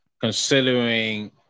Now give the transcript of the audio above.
considering